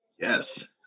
Yes